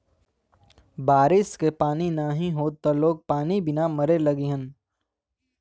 बारिश के पानी नाही होई त लोग पानी बिना मरे लगिहन